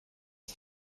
uns